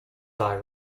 thy